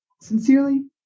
Sincerely